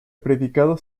predicado